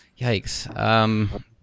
yikes